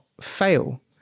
fail